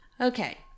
Okay